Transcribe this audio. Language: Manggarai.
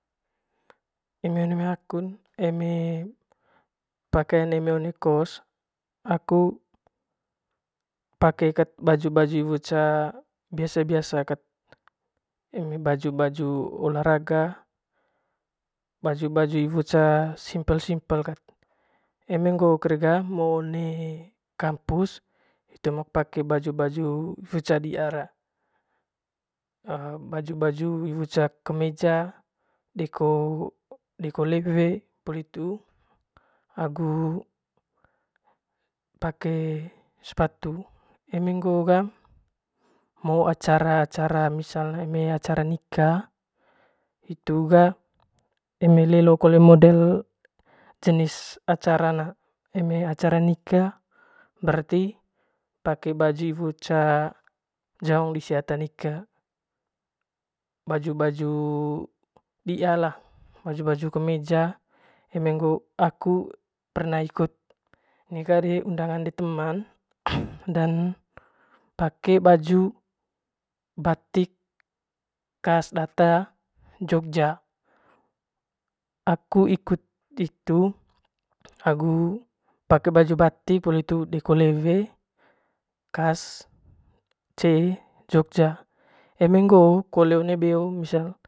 Eme one mai akun eme pake one kos aku pake kat baju baju sot biasa kat eme baju baju olahraga kat baju baju sot simpel simpel kat eme ngoo kari ga eme ngo one kampus itu mek pake baju dia baju baju iwot cat kemeja deko deko lewe poli hitu agu sepatu eme ngoo ga eme ngo acara acara nika hitu ga eme lelo kole model jenis acaran na eme acara nika pake baju sot jaong dise ata nika baju baju diaa lah baju baju kemeja eme ngo aku perna ikut nika undagan de teman dan pake baju batik kas data jogja aku ikut hitu agu pake baju batik poli hitu deko lewe kas cee jogja eme ngoo kole one beo misaln.